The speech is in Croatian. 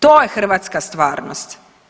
To je hrvatska stvarnost.